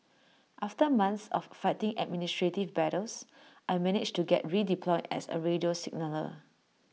after months of fighting administrative battles I managed to get redeployed as A radio signaller